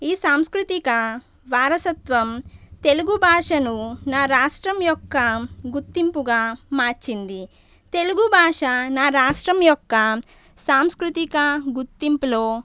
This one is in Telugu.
ఈ సాంస్కృతిక వారసత్వం తెలుగు భాషను నా రాష్ట్రం యొక్క గుర్తింపుగా మార్చింది తెలుగు భాష నా రాష్ట్రము యొక్క సాంస్కృతిక గుర్తింపులో